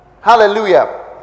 Hallelujah